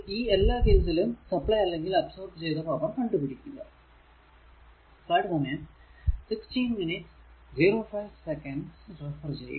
ഈ എല്ലാ കേസിലും സപ്ലൈ അല്ലെങ്കിൽ അബ്സോർബ് ചെയ്ത പവർ കണ്ടുപിടിക്കുക